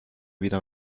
wieder